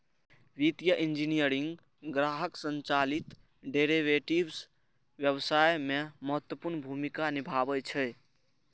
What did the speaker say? वित्तीय इंजीनियरिंग ग्राहक संचालित डेरेवेटिव्स व्यवसाय मे महत्वपूर्ण भूमिका निभाबै छै